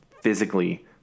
physically